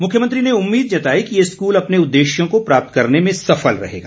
मुख्यमंत्री ने उम्मीद जताई कि ये स्कूल अपने उदेश्यों को प्राप्त करने में सफल रहेगा